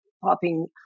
popping